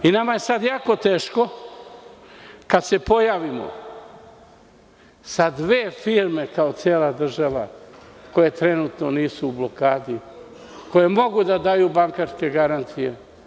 Nama je sada jako teško kada se pojavimo sa dve firme, kao cela država, koje trenutno nisu u blokadi, koje mogu da daju bankarske garancije.